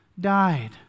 died